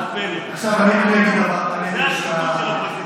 זאת השחיתות של הפרקליטות.